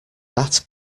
that